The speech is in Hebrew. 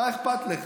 מה אכפת לך?